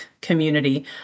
community